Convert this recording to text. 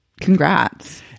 congrats